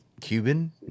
Cuban